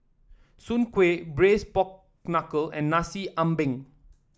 Soon Kway Braised Pork Knuckle and Nasi Ambeng